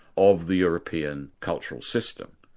of the european cultural system.